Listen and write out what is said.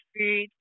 food